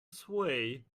sway